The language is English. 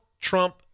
Trump